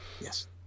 yes